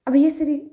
अब यसरी